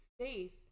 faith